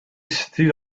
stood